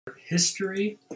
History